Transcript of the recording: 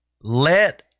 let